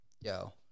yo